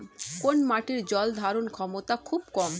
কোন মাটির জল ধারণ ক্ষমতা খুব কম?